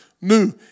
new